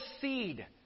seed